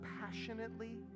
passionately